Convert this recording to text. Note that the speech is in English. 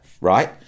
Right